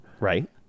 Right